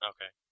Okay